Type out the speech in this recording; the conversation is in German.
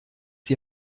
die